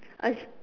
I s~